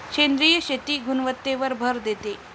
सेंद्रिय शेती गुणवत्तेवर भर देते